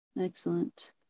Excellent